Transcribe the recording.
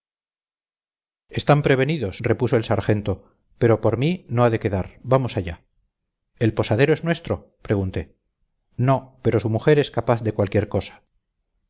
están prevenidos repuso el sargento pero por mí no ha de quedar vamos allá el posadero es nuestro pregunté no pero su mujer es capaz de cualquier cosa